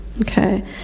Okay